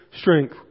strength